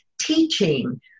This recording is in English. teaching